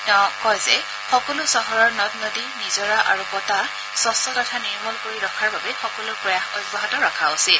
তেওঁ কয় যে সকলো চহৰৰ নদ নদী নিজৰা আৰু বতাহ স্কছ্ তথা নিৰ্মল কৰি ৰখাৰ বাবে সকলো প্ৰয়াস অব্যাহত ৰখা উচিত